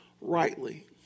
rightly